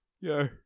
Yo